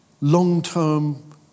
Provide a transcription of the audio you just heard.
long-term